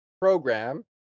Program